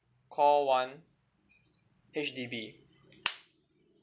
call one H_D_B